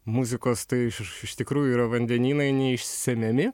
muzikos tai iš iš tikrųjų yra vandenynai neišsemiami